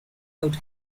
out